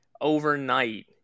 overnight